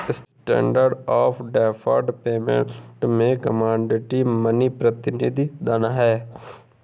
standard of deferred payment में commodity money प्रतिनिधि धन हैं